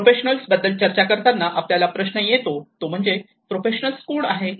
professionals बद्दल चर्चा करताना आपल्याला प्रश्न येतो ते म्हणजे प्रोफेशनल्स कोण आहेत